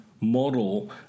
model